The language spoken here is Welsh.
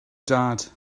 dad